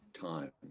time